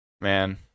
Man